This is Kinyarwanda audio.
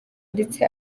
ndetse